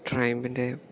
ട്രയമ്പിൻ്റെ